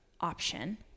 option